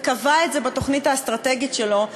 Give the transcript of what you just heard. וקבע את זה בתוכנית האסטרטגית שלו,